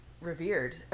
revered